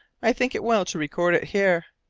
i think it well to record it here,